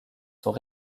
sont